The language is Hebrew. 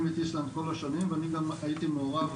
את איסלנד כל השנים וגם אני הייתי מעורב